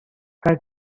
her